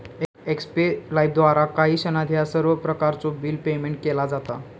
एक्स्पे लाइफद्वारा काही क्षणात ह्या सर्व प्रकारचो बिल पेयमेन्ट केला जाता